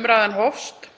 umræðan hófst.